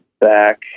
back